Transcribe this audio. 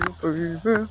baby